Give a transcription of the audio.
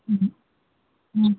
ம் ம்